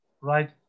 Right